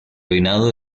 reinado